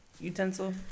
utensil